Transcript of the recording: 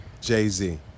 Jay-Z